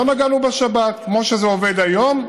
כמו שזה עובד היום,